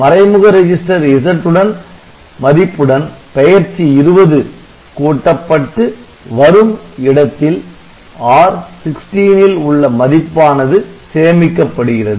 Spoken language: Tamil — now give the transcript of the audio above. மறைமுக ரெஜிஸ்டர் Z ன் மதிப்புடன் பெயர்ச்சி 20 கூட்டப்பட்டு வரும் இடத்தில் R16 ல் உள்ள மதிப்பானது சேமிக்கப்படுகிறது